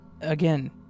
Again